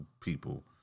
people